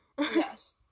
yes